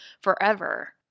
forever